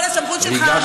כל הסמכות שלך,